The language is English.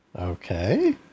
Okay